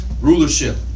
Rulership